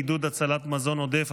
עידוד הצלת מזון עודף),